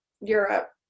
Europe